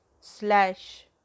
slash